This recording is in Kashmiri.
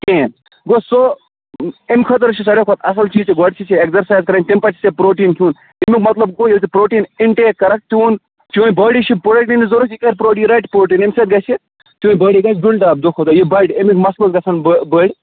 کِہیٖنۍ گوٚو سُہ امہِ خٲطرٕ چھُ ساروی کھۄتہٕ اصٕل چیز چھُ گۄڈٕ چھی ژےٚ ایٚکزرسایز کَرٕنۍ تمہِ پَتہٕ چھی ژےٚ پروٹیٖن کھیون اَمِیُکۍ مطلب گو ییٚلہِ ژٕ پروٹیٖن اِنٹیک کَرکھ چون چٲنۍ بۄڈی چِھِ پروٹیٖنچ ضۄرت یہِ کَرِ پرۄٹیٖن یہِ رَٹہِ پرۄٹیٖن اَمہِ سۭتی گَژھہِ یہِ تہٕ بۄڈی گَژھہِ بیولڈ اَپ دۄہ کھۄتہٕ دۄہ یہِ بَڈِ اَمِکۍ مَسٕلز گَژھن بے بٔڈ